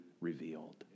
revealed